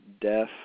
death